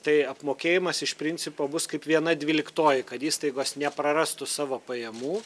tai apmokėjimas iš principo bus kaip viena dvyliktoji kad įstaigos neprarastų savo pajamų